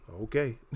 okay